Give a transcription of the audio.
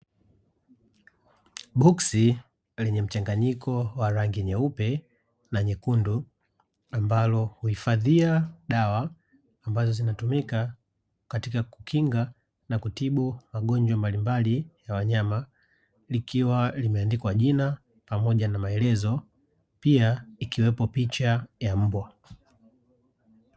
Boksi lenye mchanganyiko wa rangi nyeupe na nyekundu ambalo huhifadhia dawa ambazo zinatumika katika kukinga na kutibu magonjwa mbalimbali ya wanyama, likiwa limeandikwa jina pamoja na maelezo, pia ikiwepo picha ya mbwa.